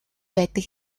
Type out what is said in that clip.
байдаг